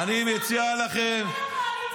אנחנו פה יותר מזרחים מכל הקואליציה שלך,